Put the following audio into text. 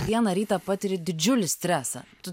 vieną rytą patiri didžiulį stresą tu